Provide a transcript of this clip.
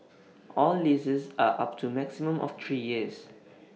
all leases are up to maximum of three years